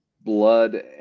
blood